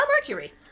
mercury